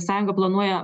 sąjunga planuoja